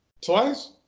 Twice